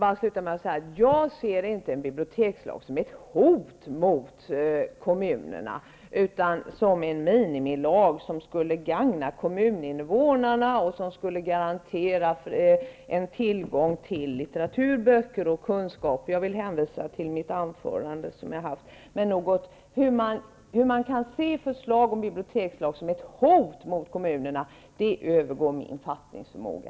Herr talman! Jag ser inte en bibliotekslag som ett hot mot kommunerna, utan som en minimilag som skulle gagna kommuninvånarna genom att garantera tillgång till litteratur och kunskap. Jag hänvisar till mitt tidigare anförande. Hur man kan se ett förslag om en bibliotekslag som ett hot mot kommunerna övergår min fattningsförmåga.